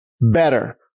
better